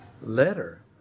letter